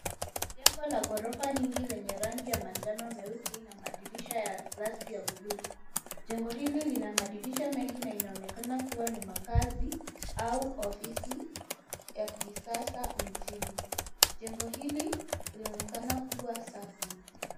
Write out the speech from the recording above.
Jengo la ghorofa nyingi lenye rangi ya manjano meusi na madirisha ya glasi ya bluu. Jengo hili lina madirisha mengi na inaonekana kuwa ni makaazi au ofisi ya kisasa mjini. Jengo hili linaonekana kuwa safi.